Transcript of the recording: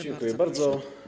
Dziękuję bardzo.